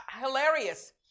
hilarious